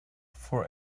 for